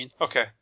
Okay